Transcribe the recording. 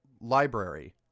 library